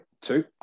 Two